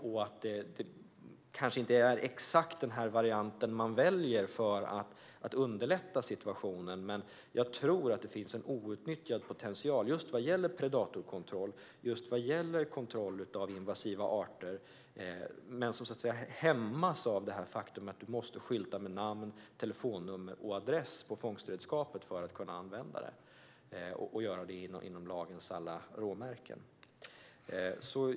Man kanske inte väljer just denna variant för att underlätta situationen, men jag tror att det finns en outnyttjad potential vad gäller predatorkontroll och kontroll av invasiva arter. Det tycks dock hämmas av att man måste skylta med namn, telefonnummer och adress på fångstredskapet för att kunna använda det och göra det inom lagens alla råmärken.